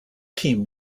team